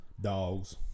Dogs